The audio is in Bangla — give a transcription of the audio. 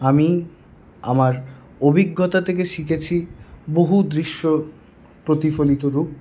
আমি আমার অভিজ্ঞতা থেকে শিখেছি বহু দৃশ্য প্রতিফলিত রুপ